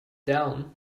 down